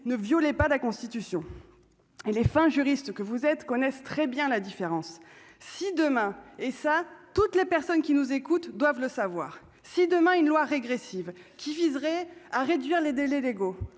ne violait pas la constitution et les fin juriste que vous êtes connaissent très bien la différence si demain et ça, toutes les personnes qui nous écoutent doivent le savoir : si demain une loi régressive qui viserait à réduire les délais légaux